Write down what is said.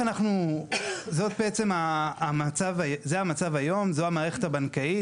אז זה בעצם המצב היום, זו המערכת הבנקאית.